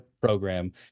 program